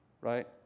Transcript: right